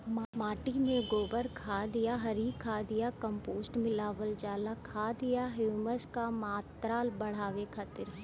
माटी में गोबर खाद या हरी खाद या कम्पोस्ट मिलावल जाला खाद या ह्यूमस क मात्रा बढ़ावे खातिर?